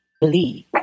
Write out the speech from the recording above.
believe